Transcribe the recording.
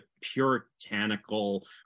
puritanical